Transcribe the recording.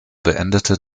beendete